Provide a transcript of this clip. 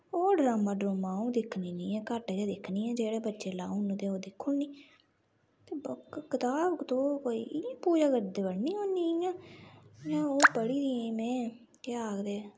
होर ड्रामा ड्रुमां आ'ऊं दिक्खनी नी ऐ घट्ट गै दिक्खनी आं जेह्ड़े बच्चे लाई ओड़न ते ओह् दिखुड़नी ते बाकी कताब कतुब कोई इ'यां पूजा करदे पढ़नी होन्नी इ'यां इ'यां ओह् पढ़ी दी में केह् आखदे